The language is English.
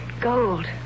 Gold